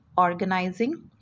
organizing